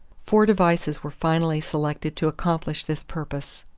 four devices were finally selected to accomplish this purpose.